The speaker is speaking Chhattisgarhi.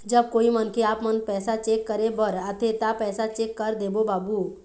जब कोई मनखे आपमन पैसा चेक करे बर आथे ता पैसा चेक कर देबो बाबू?